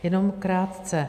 Jenom krátce.